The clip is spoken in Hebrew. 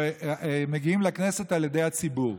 שנבחרים לכנסת על ידי הציבור.